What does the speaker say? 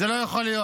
זה לא יכול להיות.